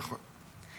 נכון.